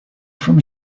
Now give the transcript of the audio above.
from